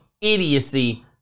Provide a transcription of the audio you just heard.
idiocy